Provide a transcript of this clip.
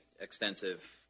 extensive